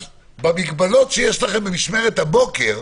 במגבלות שיש לכם במשמרת הבוקר,